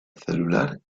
celular